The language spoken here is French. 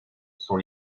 sont